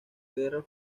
guerra